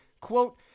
quote